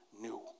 new